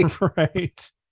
right